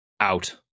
out